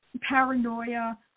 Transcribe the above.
paranoia